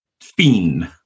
Fiend